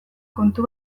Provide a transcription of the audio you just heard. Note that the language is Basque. kontu